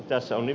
tässä on